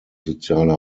sozialer